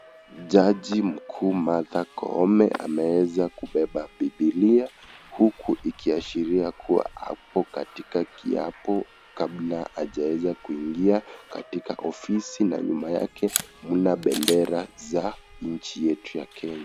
Jaji mkuu Martha Koome ameweza kubeba bibilia huku ikiashiria kuwa apo katika kiapo kabla hajaweza kuingia katika ofisi na nyuma yake muna bendera za nchi yetu ya Kenya.